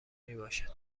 میباشد